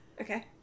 Okay